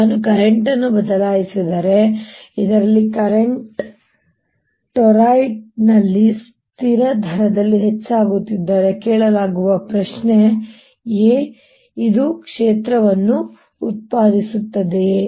ನಾನು ಕರೆಂಟ್ ಅನ್ನು ಬದಲಾಯಿಸಿದರೆ ನಾನು ಇದರಲ್ಲಿ ಕರೆಂಟ್ ಅನ್ನು ಬದಲಾಯಿಸಿದರೆ ನಾನು ಟೊರಾಯ್ಡ್ನಲ್ಲಿ ಸ್ಥಿರ ದರದಲ್ಲಿ ಹೆಚ್ಚಾಗುತ್ತಿದ್ದರೆ ಕೇಳಲಾಗುವ ಪ್ರಶ್ನೆ a ಇದು ವಿದ್ಯುತ್ ಕ್ಷೇತ್ರವನ್ನು ಉತ್ಪಾದಿಸುತ್ತದೆಯೇ